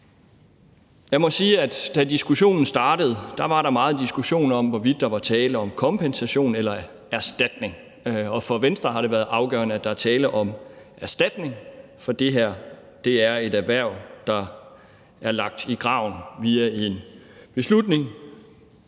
da diskussionen startede, var der meget diskussion om, hvorvidt der var tale om kompensation eller erstatning, og for Venstre har det været afgørende, at der er tale om erstatning, for det her er et erhverv, der er lagt i graven på grund af en beslutning,